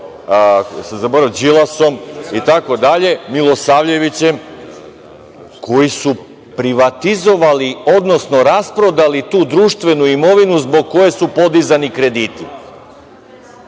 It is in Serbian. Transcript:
Bubalom, Đilasom itd, Milosavljevićem koji su privatizovali, odnosno rasprodali tu društvenu imovinu zbog koje su podizani krediti. Sada